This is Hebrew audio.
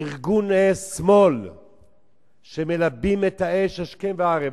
ארגוני שמאל שמלבים את האש השכם והערב.